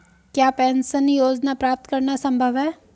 क्या पेंशन योजना प्राप्त करना संभव है?